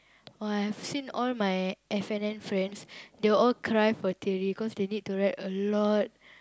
!wah! I've seen all my F-and-N friends they will all cry for theory cause they need to write a lot